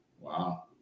Wow